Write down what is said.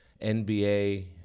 NBA